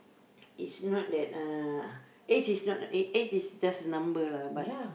is not that uh age is not age age is just a number lah but